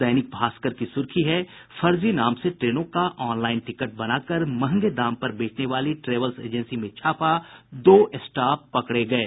दैनिक भास्कर की सुर्खी है फर्जी नाम से ट्रेनों का ऑनलाईन टिकट बना कर महंगे दाम पर बेचने वाली ट्रेवल्स एजेंसी में छापा दो स्टाफ पकड़े गये